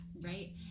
right